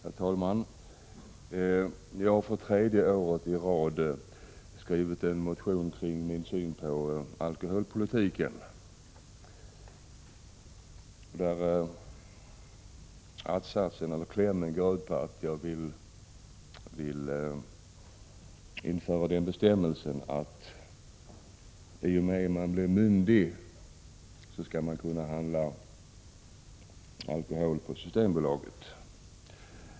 Herr talman! Jag har för tredje året i rad skrivit en motion om min syn på alkoholpolitiken. Klämmen går ut på att jag vill införa den bestämmelsen att man i och med att man blir myndig skall kunna handla alkohol på Systembolaget.